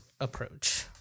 approach